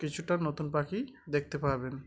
কিছুটা নতুন পাখি দেখতে পাবেন